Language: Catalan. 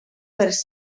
vers